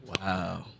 Wow